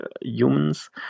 humans